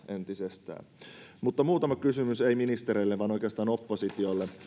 entisestään muutama kysymys ei ministereille vaan oikeastaan oppositiolle